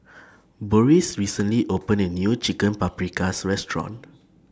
Boris recently opened A New Chicken Paprikas Restaurant